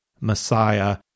Messiah